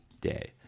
day